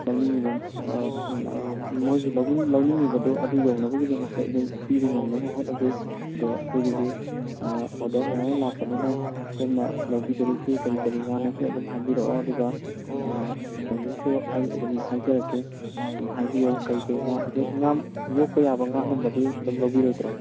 ꯂꯧꯅꯤꯡꯕ ꯃꯣꯏꯒꯤ ꯂꯧꯕꯤꯅꯤꯡꯉꯤꯕꯗꯣ ꯑꯗꯨ ꯌꯧꯅꯕꯒꯤꯗꯃꯛꯇ ꯑꯩꯈꯣꯏ ꯄꯤꯕ ꯉꯝꯅꯕ ꯍꯣꯠꯅꯖꯩ ꯑꯗꯣ ꯑꯩꯈꯣꯏꯗꯁꯦ ꯑꯣꯔꯗꯔ ꯃꯌꯥꯝ ꯑꯃ ꯂꯥꯛꯄꯅꯤꯅ ꯁꯣꯝꯅ ꯂꯧꯕꯤꯗꯧꯔꯤꯁꯤ ꯀꯔꯤ ꯀꯔꯤ ꯉꯥꯅꯣꯁꯨ ꯑꯗꯨꯝ ꯍꯥꯏꯕꯤꯔꯛꯑꯣ ꯑꯗꯨꯒ ꯇꯥꯏꯃꯤꯡꯁꯨ ꯑꯩ ꯑꯗꯨꯝ ꯍꯥꯏꯖꯔꯛꯀꯦ ꯑꯗꯨꯝ ꯍꯥꯏꯕꯤꯌꯣ ꯀꯩ ꯀꯩ ꯉꯥ ꯉꯥ ꯌꯣꯛꯄ ꯌꯥꯕ ꯉꯥ ꯒꯨꯃꯕꯗꯤ ꯑꯗꯨꯝ ꯂꯧꯕꯤꯔꯣꯏꯗ꯭ꯔꯣ